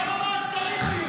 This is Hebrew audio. כמה מעצרים היו?